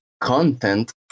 content